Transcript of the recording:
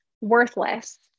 worthless